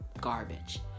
garbage